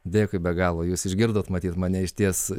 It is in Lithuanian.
dėkui be galo jūs išgirdot matyt mane išties